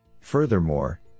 Furthermore